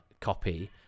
copy